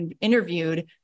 interviewed